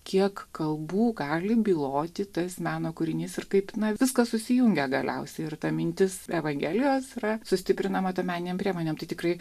kiek kalbų gali byloti tas meno kūrinys ir kaip na viskas susijungia galiausiai ir ta mintis evangelijos yra sustiprinama tom meninėm priemonėm tai tikrai